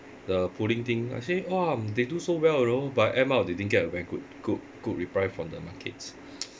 the polling thing I say !wah! they do so well you know but end up they didn't get a very good good good reply from the markets